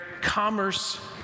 commerce